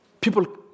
People